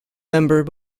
member